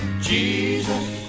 Jesus